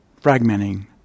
fragmenting